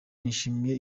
nishimiye